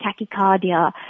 tachycardia